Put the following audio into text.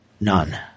None